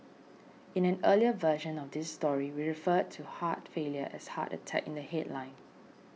in an earlier version of this story we referred to heart failure as heart attack in the headline